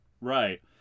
Right